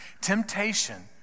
Temptation